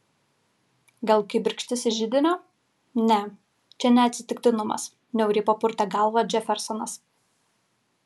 gal kibirkštis iš židinio ne čia ne atsitiktinumas niauriai papurtė galvą džefersonas